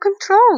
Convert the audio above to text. control